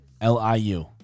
L-I-U